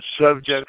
subject